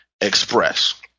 express